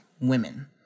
women